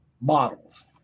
models